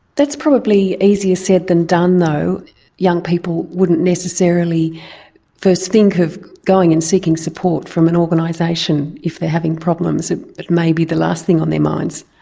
that's probably easier said than done though young people wouldn't necessarily first think of going and seeking support from an organisation if they are having problems it may be the last thing on their minds.